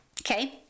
Okay